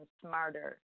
smarter